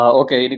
okay